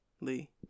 Lee